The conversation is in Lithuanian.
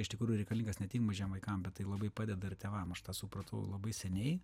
iš tikrųjų reikalingas ne tik mažiem vaikam bet tai labai padeda ir tėvam aš tą supratau labai seniai